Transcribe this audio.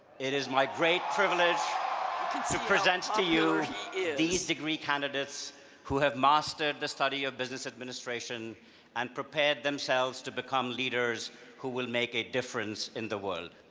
it is my privilege to present to you these degree candidates who have mastered the study of business administration and prepared themselves to become leaders who will make a difference in the world.